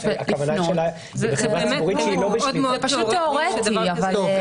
ולפנות --- זה באמת מאוד מאוד תיאורטי שדבר כזה יקרה.